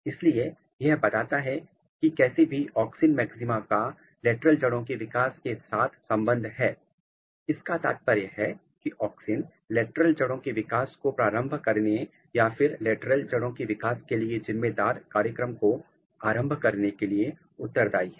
इसलिए यह बताता है कि कैसे भी ऑक्सिन मैक्सिमा का लेटरल जड़ों के विकास के साथ संबंध है इसका तात्पर्य है कि ऑक्सिन लेटरल जड़ों के विकास को प्रारंभ करने या फिर लेटरल जड़ों के विकास के लिए जिम्मेदार कार्यक्रम को आरंभ करने के लिए उत्तरदाई है